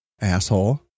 asshole